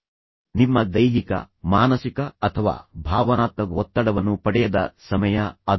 ಆದ್ದರಿಂದ ನೀವು ನಿಮ್ಮ ದೈಹಿಕ ಮಾನಸಿಕ ಅಥವಾ ಭಾವನಾತ್ಮಕ ಒತ್ತಡವನ್ನು ಪಡೆಯದ ಸಮಯ ಅದು